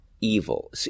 evil